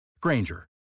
Granger